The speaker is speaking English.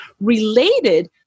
related